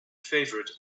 favourite